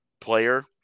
player